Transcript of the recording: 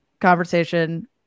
conversation